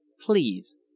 please